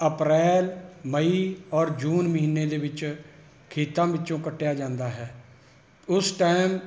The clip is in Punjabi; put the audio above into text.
ਅਪ੍ਰੈਲ ਮਈ ਔਰ ਜੂਨ ਮਹੀਨੇ ਦੇ ਵਿੱਚ ਖੇਤਾਂ ਵਿੱਚੋਂ ਕੱਟਿਆ ਜਾਂਦਾ ਹੈ ਉਸ ਟਾਈਮ